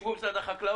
שבו מול משרד החקלאות,